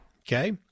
okay